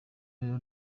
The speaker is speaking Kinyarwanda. rero